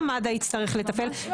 גם מד"א יצטרך לתפעל,